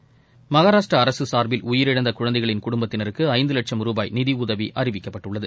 ம்னராஷ்டிரா அரசு சாா்பில் உயிரிழந்த குழந்தைகளின் குடும்பத்தினருக்கு ஐந்து லட்சும் ருபாய் நிதி உதவி அறிவிக்கப்பட்டுள்ளது